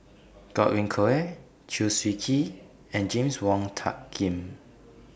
Godwin Koay Chew Swee Kee and James Wong Tuck Yim